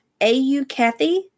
aukathy